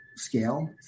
scale